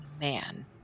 man